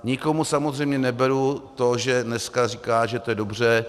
Nikomu samozřejmě neberu to, že dneska říká, že to je dobře.